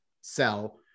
sell